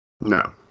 no